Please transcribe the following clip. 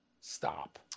Stop